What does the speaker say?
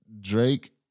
Drake